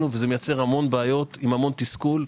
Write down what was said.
וזה מייצר המון בעיות עם המון תסכול.